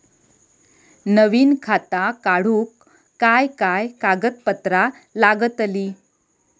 नवीन खाता काढूक काय काय कागदपत्रा लागतली?